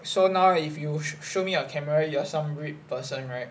so now if you show me your camera you are some rip person right